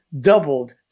doubled